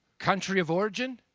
country of origin,